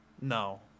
No